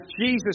Jesus